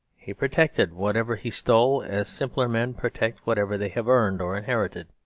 he protected whatever he stole as simpler men protect whatever they have earned or inherited.